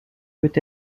peut